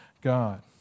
God